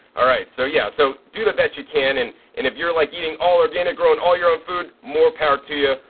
alright. so yeah, so do the best you can. and if you're like eating all organic grown, all your own food, more power to you.